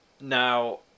Now